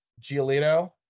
Giolito